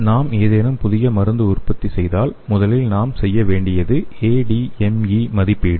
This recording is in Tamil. நாம் ஏதேனும் புதிய மருந்தை உற்பத்தி செய்தால் முதலில் நாம் செய்ய வேண்டியது ADME மதிப்பீடு